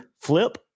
flip